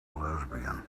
lesbian